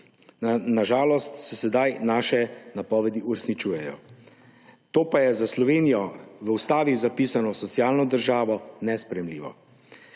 Na žalost se sedaj naše napovedi uresničujejo. To pa je za Slovenijo, v ustavi zapisano socialno državo, nesprejemljivo.